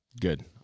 good